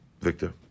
Victor